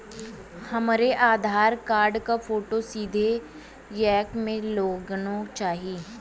हमरे आधार कार्ड क फोटो सीधे यैप में लोनहो जाई?